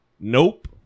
Nope